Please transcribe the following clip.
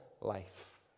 life